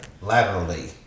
laterally